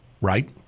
Right